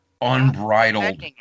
Unbridled